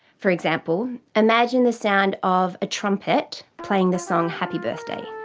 for example, imagine the sound of a trumpet playing the song happy birthday.